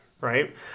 right